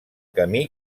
camí